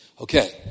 Okay